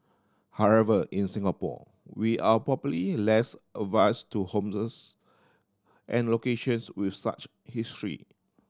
however in Singapore we are probably less averse to homes and locations with such history